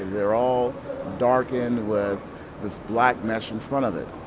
they're all darkened with this black mesh in front of it.